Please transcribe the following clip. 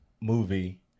movie